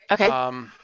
Okay